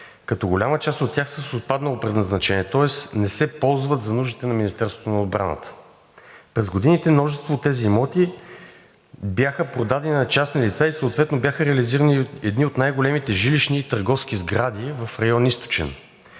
като голяма част от тях са с отпаднало предназначение, тоест не се ползват за нуждите на Министерството на отбраната. През годините множество от тези имоти бяха продадени на частни лица и съответно бяха реализирани едни от най-големите жилищни и търговски сгради в район „Източен“